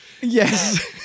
Yes